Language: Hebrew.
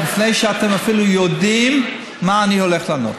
עוד לפני שאתם אפילו יודעים מה אני הולך לענות.